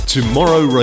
Tomorrow